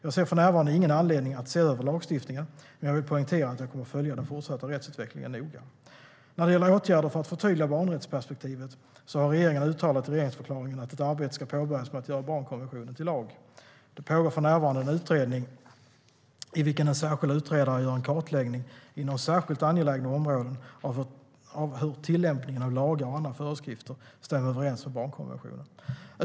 Jag ser för närvarande ingen anledning att se över lagstiftningen, men jag vill poängtera att jag kommer att följa den fortsatta rättsutvecklingen noga. När det gäller åtgärder för att förtydliga barnrättsperspektivet har regeringen uttalat i regeringsförklaringen att ett arbete ska påbörjas med att göra barnkonventionen till lag. Det pågår för närvarande en utredning i vilken en särskild utredare gör en kartläggning inom särskilt angelägna områden av hur tillämpningen av lagar och andra föreskrifter stämmer överens med barnkonventionen.